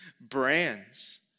brands